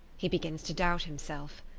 he begins to doubt himself.